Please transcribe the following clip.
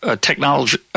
technology